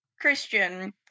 Christian